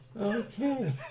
Okay